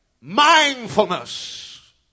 Mindfulness